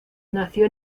nació